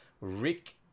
Rick